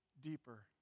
Deeper